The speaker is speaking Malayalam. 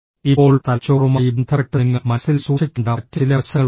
ഇപ്പോൾ തലച്ചോറുമായി ബന്ധപ്പെട്ട് നിങ്ങൾ മനസ്സിൽ സൂക്ഷിക്കേണ്ട മറ്റ് ചില വശങ്ങളുണ്ട്